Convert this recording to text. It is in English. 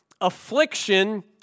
Affliction